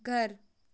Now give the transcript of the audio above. घर